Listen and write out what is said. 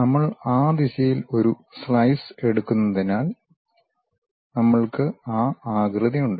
നമ്മൾ ആ ദിശയിൽ ഒരു സ്ലൈസ് എടുക്കുന്നതിനാൽ നമ്മൾക്ക് ആ ആകൃതിയുണ്ട്